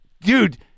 Dude